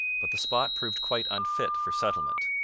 but the spot proved quite unfit for settlement,